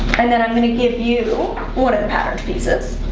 and then i'm going to give you one of the patterns pieces